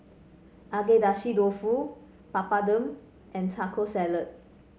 Agedashi Dofu Papadum and Taco Salad